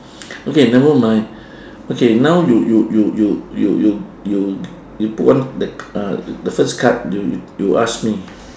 okay never mind okay now you you you you you you put one the uh the first card you you you ask me